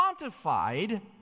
quantified